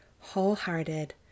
Wholehearted